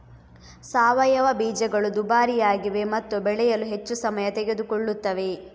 ಸಾವಯವ ಬೀಜಗಳು ದುಬಾರಿಯಾಗಿವೆ ಮತ್ತು ಬೆಳೆಯಲು ಹೆಚ್ಚು ಸಮಯ ತೆಗೆದುಕೊಳ್ಳುತ್ತವೆ